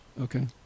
okay